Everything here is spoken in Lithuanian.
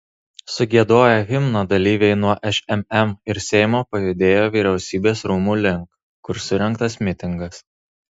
sugiedoję himną dalyviai nuo šmm ir seimo pajudėjo vyriausybės rūmų link kur surengtas mitingas